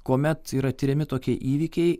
kuomet yra tiriami tokie įvykiai